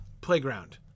playground